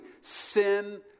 sin